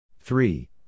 Three